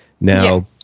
Now